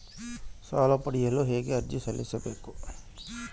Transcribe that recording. ಸಾಲ ಪಡೆಯಲು ಹೇಗೆ ಅರ್ಜಿ ಸಲ್ಲಿಸಬೇಕು?